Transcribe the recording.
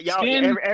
Y'all